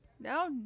No